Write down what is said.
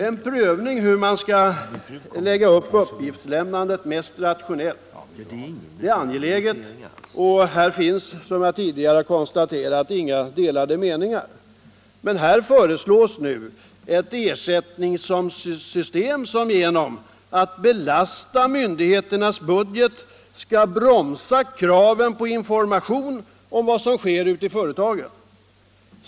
En prövning av hur man mest rationellt skall lägga upp uppgiftslämnandet är angelägen och här finns, som jag konstaterat tidigare, inga delade meningar. Men nu föreslås ett ersättningssystem som genom att — Nr 7 belasta myndigheternas budget skall bromsa kraven på information om vad som sker ute i företagen.